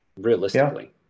realistically